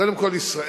קודם כול ישראל,